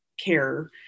care